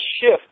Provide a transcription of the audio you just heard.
shift